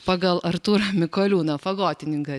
pagal artūrą mikoliūną fagotininką